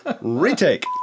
Retake